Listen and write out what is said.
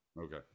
okay